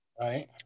right